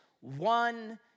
one